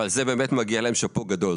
ועל זה באמת מגיע להם שאפו גדול.